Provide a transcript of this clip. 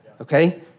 okay